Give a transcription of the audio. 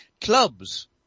clubs